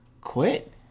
Quit